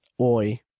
Oi